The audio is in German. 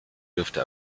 dürfte